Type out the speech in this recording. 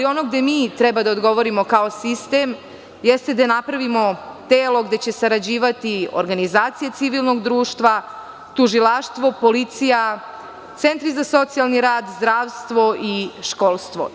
Ono gde mi treba da odgovorimo kao sistem jeste da napravimo telo gde će sarađivati organizacije civilnog društva, tužilaštvo, policija, centri za socijalni rad, zdravstvo i školstvo.